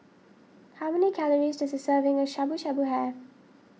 how many calories does a serving of Shabu Shabu have